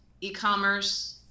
e-commerce